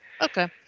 okay